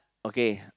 okay